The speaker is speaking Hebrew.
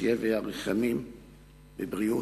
שיחיה ויאריך ימים בבריאות,